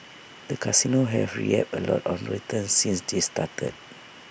the casinos have reaped A lot of returns since they started